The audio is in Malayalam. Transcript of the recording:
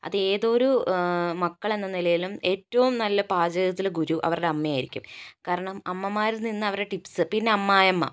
അത് ഏതൊരു മക്കളെന്നനിലയിലും ഏറ്റവും നല്ല പാചകത്തിലെ ഗുരു അവരുടെ അമ്മയായിരിക്കും കാരണം അമ്മമാരിൽ നിന്ന് അവരുടെ ടിപ്പ്സ് പിന്നെ അമ്മായിയമ്മ